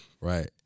Right